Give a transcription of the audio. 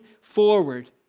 forward